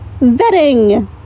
vetting